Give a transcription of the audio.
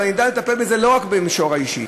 אבל נדע לטפל בזה לא רק במישור האישי.